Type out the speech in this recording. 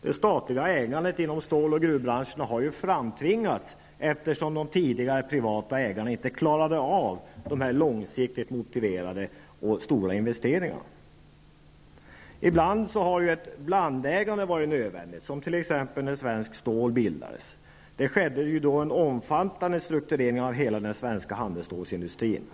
Det statliga ägandet inom stål och gruvbranscherna har ju framtvingats, eftersom de tidigare privata ägarna inte klarade av dessa långsiktigt motiverade och stora investeringar. Ibland har ett blandägande varit nödvändigt, som t.ex. när Svenskt Stål bildades. Det skedde då en omfattande strukturering av hela den svenska handelsstålsindustrin.